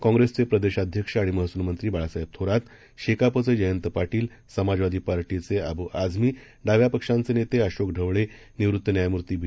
काँग्रेसचेप्रदेशाध्यक्षआणिमहसूलमंत्रीबाळासाहेबथोरात शेकापचेजयंतपाटील समाजवादीपार्टीचेनेतेअबुआझमी डाव्यापक्षांचेनेतेअशोकढवळे निवृत्तन्यायमूर्तीबी